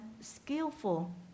skillful